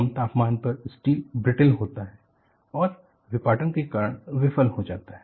कम तापमान पर steel brittle होता है और विपाटन के कारण विफल हो जाता है